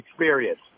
experience